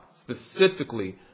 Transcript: specifically